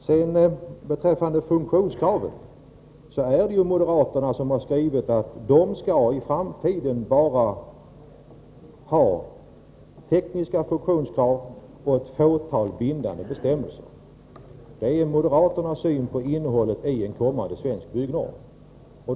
När det gäller funktionskraven är det moderaterna som har skrivit att det i framtiden skall vara endast tekniska funktionskrav och ett fåtal bindande bestämmelser — det är moderaternas syn på innehållet i en kommande svensk byggnorm.